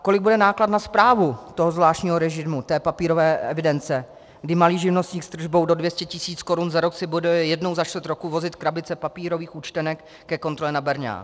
Kolik bude náklad na správu toho zvláštního režimu, té papírové evidence, kdy malý živnostník s tržbou do 200 tisíc korun za rok si bude jednou za čtvrt roku vozit krabice papírových účtenek ke kontrole na berňák?